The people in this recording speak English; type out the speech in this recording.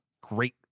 Great